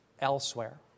elsewhere